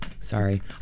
Sorry